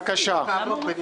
בבקשה.